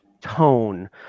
tone